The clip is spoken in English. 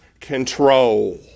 control